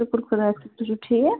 شُکُر خُدایس کُن تُہۍ چھِو ٹھیٖک